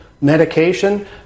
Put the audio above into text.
medication